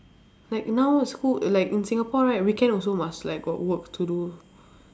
like now school like in singapore right weekend also must like got work to do